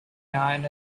iron